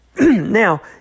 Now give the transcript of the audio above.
Now